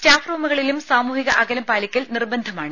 staff റൂമുകളിലും സാമൂഹിക അകലം പാലിക്കൽ നിർബന്ധമാണ്